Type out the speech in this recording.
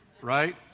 Right